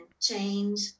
change